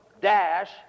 dash